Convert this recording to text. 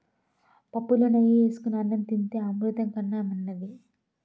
పుప్పులో నెయ్యి ఏసుకొని అన్నం తింతే అమృతం కన్నా మిన్నది